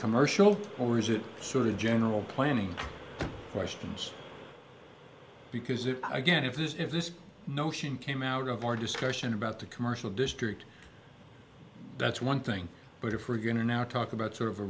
commercial or is it sort of general planning questions because it again if this if this notion came out of our discussion about the commercial district that's one thing but if we're going to now talk about sort of a